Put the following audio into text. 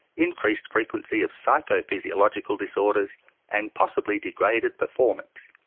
increased frequency of psychophysiological disorders and possibly degraded performance.